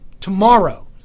tomorrow